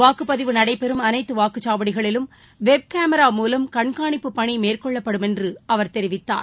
வாக்குப்பதிவு நடைபெறும் அனைத்துவாக்குச்சாவடிகளிலும் வெப் கேமரா மூலம் கண்காணிப்பு பணிமேற்கொள்ளப்படும் என்றுஅவர் தெரிவித்தார்